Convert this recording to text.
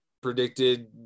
predicted